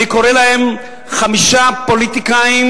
אני קורא להם חמישה פוליטיקאים,